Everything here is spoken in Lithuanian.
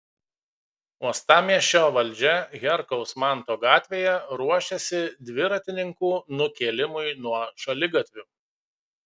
uostamiesčio valdžia herkaus manto gatvėje ruošiasi dviratininkų nukėlimui nuo šaligatvių